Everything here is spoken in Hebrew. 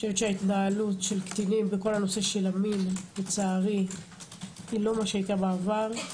ההתנהלות של קטינים בכל הנושא של המין לצערי אינה מה שהיתה בעבר.